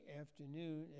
afternoon